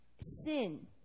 Sin